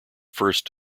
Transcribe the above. first